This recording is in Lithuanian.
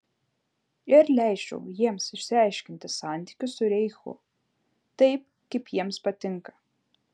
ir leisčiau jiems išsiaiškinti santykius su reichu taip kaip jiems patinka